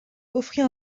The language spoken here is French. offrit